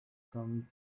from